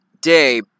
day